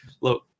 look